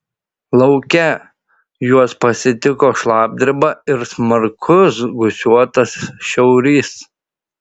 lauke juos pasitiko šlapdriba ir smarkus gūsiuotas šiaurys